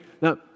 now